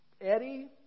Eddie